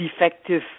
defective